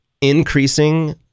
increasing